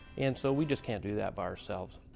and so we just can't do that by ourselves.